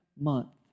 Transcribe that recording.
month